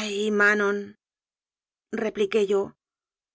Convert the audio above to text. ay manon repliqué yo